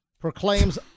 Proclaims